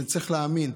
אני צריך להאמין.